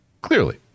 clearly